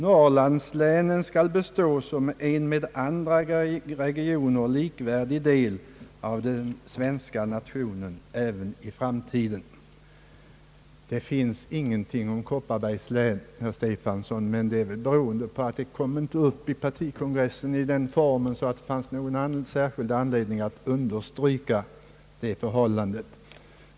Norrlandslänen skall bestå som en med andra regioner likvärdig del av den svenska nationen även i framtiden. Det nämns ingenting om Kopparbergs län, herr Stefanson, men det beror väl på att den frågan inte kom upp på partikongressen, varför man inte hade någon särskild anledning att tala om den.